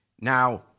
Now